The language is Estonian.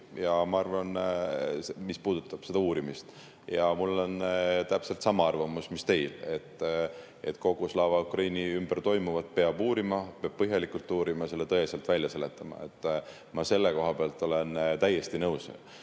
sama suur huvi selle uurimise vastu. Ja mul on täpselt sama arvamus, mis teil, et kogu Slava Ukraini ümber toimuvat peab uurima, peab põhjalikult uurima ja selle tõeselt välja selgitama. Ma selle koha pealt olen täiesti nõus,